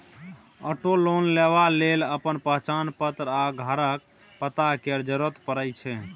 auto loan लेबा लेल अपन पहचान पत्र आ घरक पता केर जरुरत परै छै